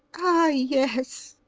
ah yes!